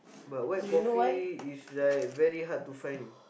but white coffee is like very hard to find